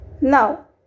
Now